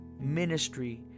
ministry